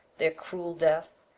their cruel death,